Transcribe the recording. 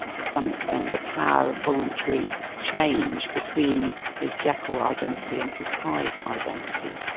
to some extent, the power of voluntary change between his jekyll identity and his hyde identity.